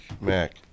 mac